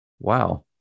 Wow